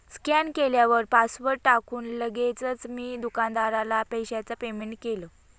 scan केल्यावर password टाकून लगेचच मी दुकानदाराला पैशाचं पेमेंट केलं